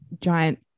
giant